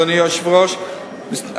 אדוני היושב-ראש,